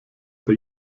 bei